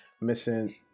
missing